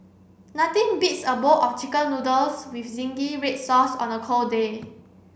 nothing beats a bowl of chicken noodles with zingy read sauce on a cold day